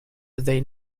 they